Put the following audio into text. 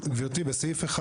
גברתי, בסעיף 1